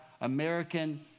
American